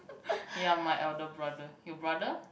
ya my elder brother your brother